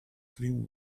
cream